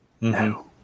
No